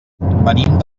venim